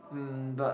um but